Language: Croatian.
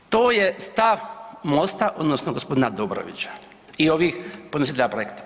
E sada, to je stav Mosta, odnosno g. Dobrovića i ovih podnositelja projekta.